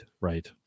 right